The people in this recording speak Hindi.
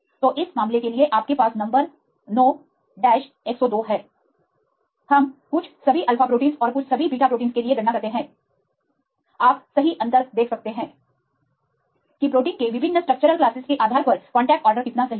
तो इस मामले के लिए आपके पास नंबर 9102 है हम कुछ सभी अल्फा प्रोटीनस और कुछ सभी बीटा प्रोटीनस के लिए गणना करते हैं आप सही अंतर देख सकते हैं कि प्रोटीन के विभिन्न स्ट्रक्चरल क्लासेस के आधार पर कांटेक्ट ऑर्डर कितना सही है